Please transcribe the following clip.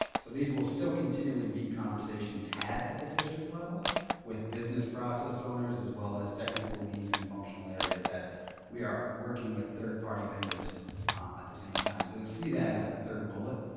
so these will continually be conversations had at the district level with business process owners as well as technical leads and functional areas that we are working with third party vendors at the same time. so you'll see that as the third bullet.